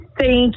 Thank